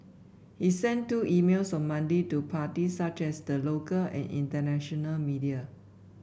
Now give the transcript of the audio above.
he sent two emails on Monday to parties such as the local and international media